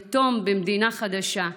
יתום במדינה חדשה.